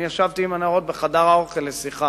אני ישבתי עם הנערות בחדר האוכל לשיחה.